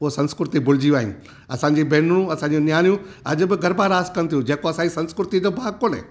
उहा संस्कृति भुलिजी विया आहियूं असांजी भेनरूं असांजी न्याणियूं अॼु बि गरबा रास कनि थियूं जेको असांजी संस्कृति जो भाॻु कोने